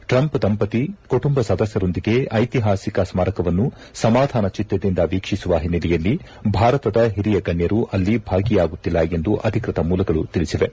Trump ದಂಪತಿ ಕುಟುಂಬ ಸದಸ್ನರೊಂದಿಗೆ ಐತಿಹಾಸಿಕ ಸ್ನಾರಕವನ್ನು ಸಮಾಧಾನ ಚಿತ್ತದಿಂದ ವೀಕ್ಷಿಸುವ ಹಿನ್ನೆಲೆಯಲ್ಲಿ ಭಾರತದ ಹಿರಿಯ ಗಣ್ಣರು ಅಲ್ಲಿ ಭಾಗಿಯಾಗುತ್ತಿಲ್ಲ ಎಂದು ಅಧಿಕೃತ ಮೂಲಗಳು ತಿಳಿಸಿವೆ